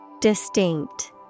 Distinct